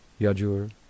Yajur